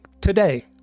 today